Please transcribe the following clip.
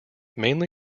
mainly